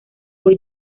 por